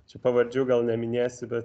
čia pavardžių gal neminėsiu bet